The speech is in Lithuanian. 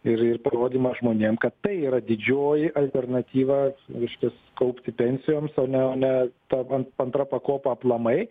ir ir parodymą žmonėm kad tai yra didžioji alternatyva reiškias kaupti pensijoms o ne o ne taupant antra pakopa aplamai